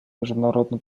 международно